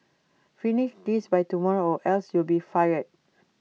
finish this by tomorrow or else you'll be fired